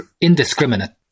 indiscriminate